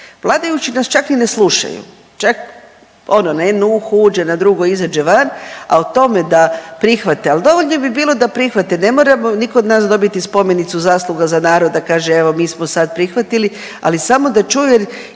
Vladajući nas čak i ne slušaju, čak ono, na jedno uho uđe, na drugo izađe van, a o tome da prihvate, ali dovoljno bi bilo da prihvate, ne moramo nitko od nas dobiti spomenicu zasluga za naroda, kaže, evo mi smo sad prihvatili, ali samo da čuju